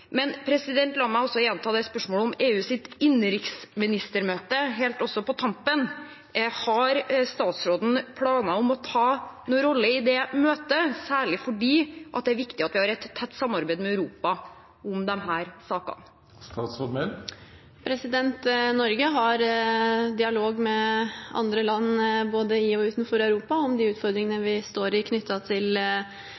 La meg helt på tampen gjenta spørsmålet om EUs innenriksministermøte. Har statsråden planer om å ta en rolle i det møtet? Jeg spør særlig fordi det er viktig å ha et tett samarbeid med Europa om disse sakene. Norge har dialog med andre land både i og utenfor Europa om de utfordringene